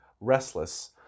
restless